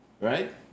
Right